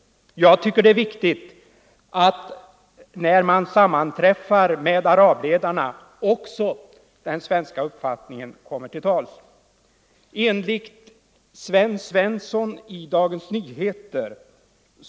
Det är betydelsefullt att även den svenska uppfattningen kommer till tals när man sammanträffar med arabledarna.